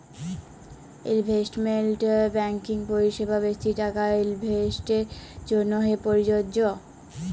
investment banking পরিসেবা বেশি টাকা ইলভেস্টের জ্যনহে পরযজ্য